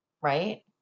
right